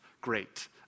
great